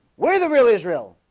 where the real israel?